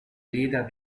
leader